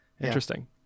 Interesting